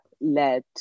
let